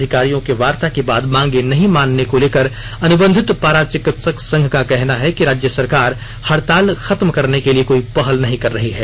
अधिकारियों के वार्ता के बाद मांगे नहीं मानने को लेकर अनुबंधित पारा चिकित्सा संघ का कहना है कि राज्य सरकार हड़ताल खत्म करने के लिए कोई पहल नहीं कर रही है